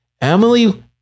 Emily